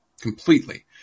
completely